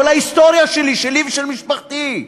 כל ההיסטוריה שלי, שלי ושל משפחתי.